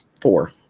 four